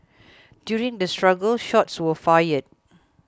during the struggle shots were fired